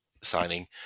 signing